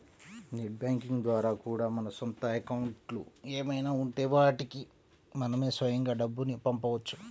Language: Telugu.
నెట్ బ్యాంకింగ్ ద్వారా కూడా మన సొంత అకౌంట్లు ఏమైనా ఉంటే వాటికి మనమే స్వయంగా డబ్బుని పంపవచ్చు